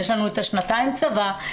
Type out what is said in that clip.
יש לנו שנתיים צבא,